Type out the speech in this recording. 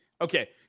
Okay